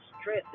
stress